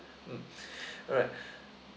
mm alright